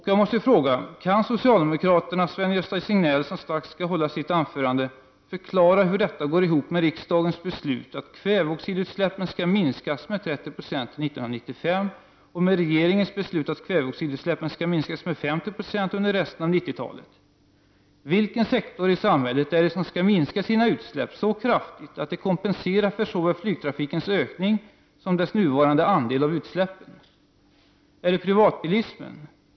Jag måste fråga: Kan socialdemokraternas Sven-Gösta Signell, som strax skall hålla sitt anförande, förklara hur detta går ihop med riksdagens beslut att kväveoxidutsläppen skall minskas med 30 96 till år 1995 och med regeringens beslut att kväveoxidutsläppen skall minskas med 50 96 under resten av 90-talet? Vilken sektor i samhället skall minska sina utsläpp så kraftigt att det kompenserar för såväl flygtrafikens ökning som dess nuvarande andel av utsläppen? Är det privatbilismen?